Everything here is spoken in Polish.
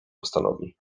postanowi